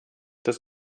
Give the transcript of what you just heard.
das